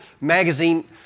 Magazine